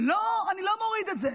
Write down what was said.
לא, אני לא מוריד את זה.